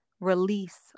Release